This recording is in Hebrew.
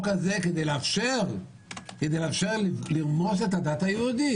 הזה כדי לאפשר לרמוס את הדת היהודית,